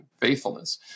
faithfulness